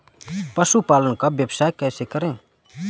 पशुपालन का व्यवसाय कैसे करें?